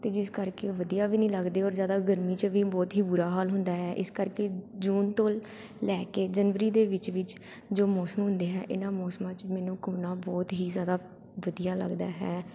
ਅਤੇ ਜਿਸ ਕਰਕੇ ਵਧੀਆ ਵੀ ਨਹੀਂ ਲੱਗਦੇ ਔਰ ਜ਼ਿਆਦਾ ਗਰਮੀ 'ਚ ਵੀ ਬਹੁਤ ਹੀ ਬੁਰਾ ਹਾਲ ਹੁੰਦਾ ਹੈ ਇਸ ਕਰਕੇ ਜੂਨ ਤੋਂ ਲੈ ਕੇ ਜਨਵਰੀ ਦੇ ਵਿੱਚ ਵਿੱਚ ਜੋ ਮੌਸਮ ਹੁੰਦੇ ਹੈ ਇਹਨਾਂ ਮੌਸਮਾਂ 'ਚ ਮੈਨੂੰ ਘੁੰਮਣਾ ਬਹੁਤ ਹੀ ਜ਼ਿਆਦਾ ਵਧੀਆ ਲੱਗਦਾ ਹੈ